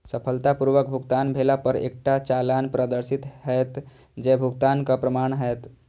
सफलतापूर्वक भुगतान भेला पर एकटा चालान प्रदर्शित हैत, जे भुगतानक प्रमाण हैत